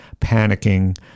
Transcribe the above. panicking